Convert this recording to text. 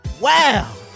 Wow